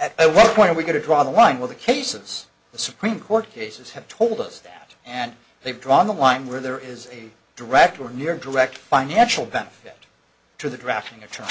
at what point are we going to draw the line with the cases the supreme court cases have told us that and they've drawn the line where there is a direct or near direct financial benefit to the drafting attorney